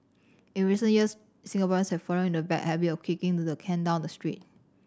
in recent years Singaporeans have fallen into the bad habit of kicking the can down the street